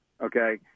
Okay